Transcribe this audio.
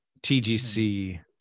TGC